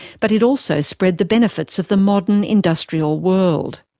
but it also spread the benefits of the modern industrial world.